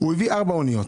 הביא ארבע אוניות.